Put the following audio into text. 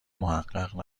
محقق